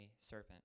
serpent